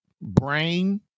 brain